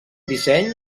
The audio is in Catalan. disseny